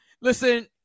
listen